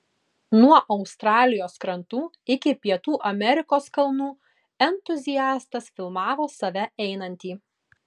nuo australijos krantų iki pietų amerikos kalnų entuziastas filmavo save einantį